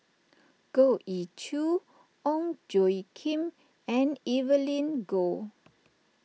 Goh Ee Choo Ong Tjoe Kim and Evelyn Goh